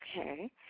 Okay